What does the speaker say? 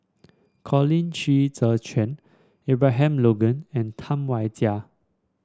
Colin Qi Zhe Quan Abraham Logan and Tam Wai Jia